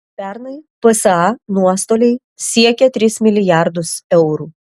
pernai psa nuostoliai siekė tris milijardus eurų